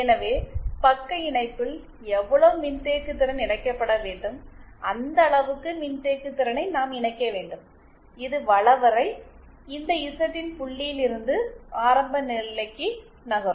எனவே பக்க இணைப்பில் எவ்வளவு மின்தேக்குதிறன் இணைக்கப்பட வேண்டும் அந்த அளவுக்கு மின்தேக்குதிறனை நாம் இணைக்க வேண்டும் இது வளைவரை இந்த இசட்இன் புள்ளியில் இருந்து ஆரம்பநிலைக்கு நகரும்